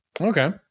Okay